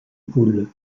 poules